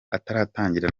ataratangira